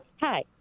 Hi